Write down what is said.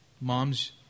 Moms